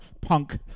punk